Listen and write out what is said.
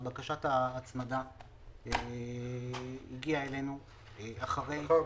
ובקשת ההצמדה הגיעה אלינו אחרי כן,